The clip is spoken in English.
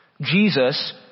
Jesus